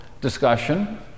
discussion